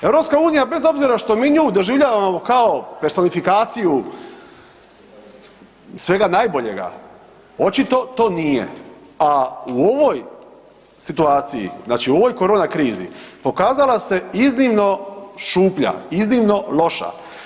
EU bez obzira što mi nju doživljavamo kao personifikaciju svega najboljega očito to nije, a u ovoj situaciju, znači u ovoj korona krizi pokazala se iznimno šuplja, iznimno loša.